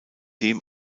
dem